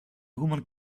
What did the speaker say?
woman